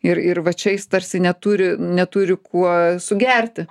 ir ir va čia jis tarsi neturi neturi kuo sugerti